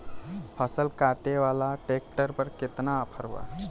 फसल काटे वाला ट्रैक्टर पर केतना ऑफर बा?